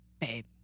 Babe